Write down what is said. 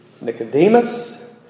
Nicodemus